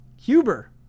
Huber